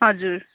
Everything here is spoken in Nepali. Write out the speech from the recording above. हजुर